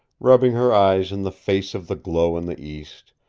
rubbing her eyes in the face of the glow in the east,